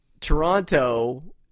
Toronto